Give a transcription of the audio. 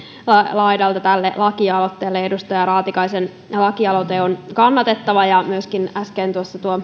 laidalta tälle lakialoitteelle edustaja raatikaisen lakialoite on kannatettava ja tuo äskeinen